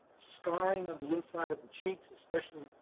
scarring on the inside of the cheeks especially.